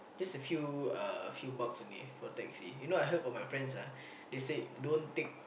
just a few uh few bucks only from taxi you know I heard from my friends ah they say don't take